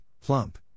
plump